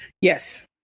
Yes